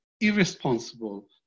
irresponsible